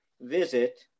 visit